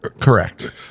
correct